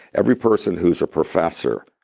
every person who's a professor,